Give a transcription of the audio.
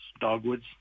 dogwoods